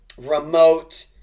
remote